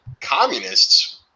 communists